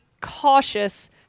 cautious